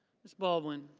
ms. baldwin.